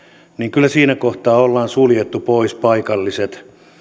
kyllä siinä kohtaa ollaan suljettu pois paikalliset